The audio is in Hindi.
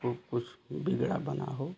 को कुछ बिगड़ा बना हो